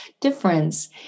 difference